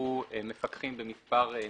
ושהוסמכו מפקחים במספר נאות,